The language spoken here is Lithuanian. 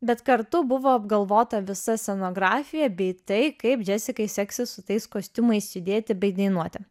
bet kartu buvo apgalvota visa scenografija bei tai kaip džesikai seksis su tais kostiumais judėti bei dainuoti